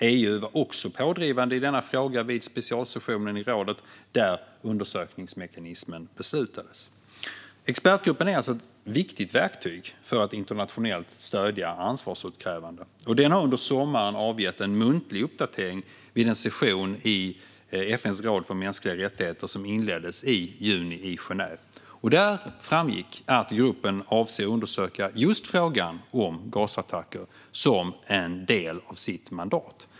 EU var också pådrivande i frågan vid specialsessionen i rådet där det beslutades om undersökningsmekanismen. Expertgruppen är alltså ett viktigt verktyg för att internationellt stödja ansvarsutkrävande. Den har under sommaren avgett en muntlig uppdatering vid en session i FN:s råd för mänskliga rättigheter som inleddes i juni i Genève. Där framgick att gruppen avser att undersöka just frågan om gasattacker som en del av sitt mandat.